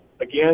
Again